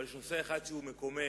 אבל יש נושא אחד שהוא מקומם,